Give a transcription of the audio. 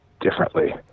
differently